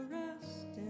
rest